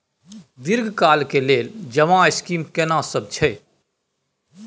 दीर्घ काल के लेल जमा स्कीम केना सब छै?